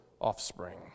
offspring